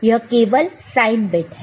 यह केवल sign bit है